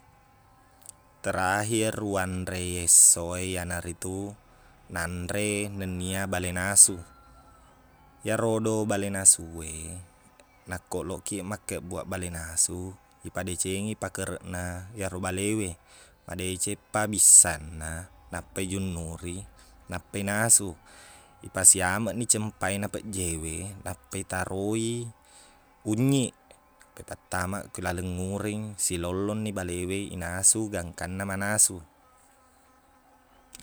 Terakhir uwanre e esso e iyana ritu nanre nennia bale nasu iyarodo bale nasu e nakko eloqki makkebbuaq bale nasu ipadecengi pakerekna iyaro balewe madecengpa bissanna nappa ijunnuri nappai nasu ipasiameqni cempae na pejjewe nappa itaroi unnyiq nappa pattamaq ko laleng uring silollonni balewe inasu gangkanna manasu